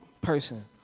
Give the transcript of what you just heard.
person